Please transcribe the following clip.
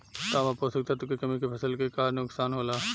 तांबा पोषक तत्व के कमी से फसल के का नुकसान होला?